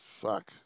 fuck